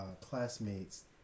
classmates